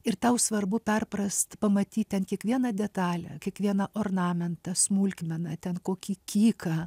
ir tau svarbu perprast pamatyt ten kiekvieną detalę kiekvieną ornamentą smulkmeną ten kokį kyką